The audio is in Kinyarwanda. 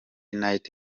knights